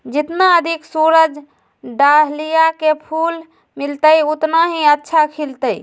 जितना अधिक सूरज डाहलिया के फूल मिलतय, उतना ही अच्छा खिलतय